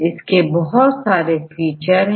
इसके बहुत सारे फीचर हैं